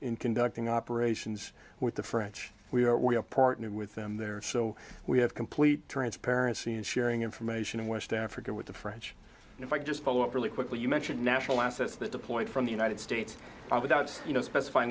in conducting operations with the french we are we have partnered with them there so we have complete transparency and sharing information in west africa with the french if i just follow up really quickly you mentioned national assets that deployed from the united states without you know specify